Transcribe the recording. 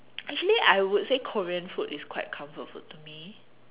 actually I would say Korean food is quite comfort food to me